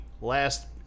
last